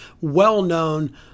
well-known